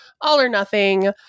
all-or-nothing